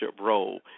role